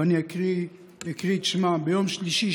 ואני אקריא את שמם: ביום שלישי,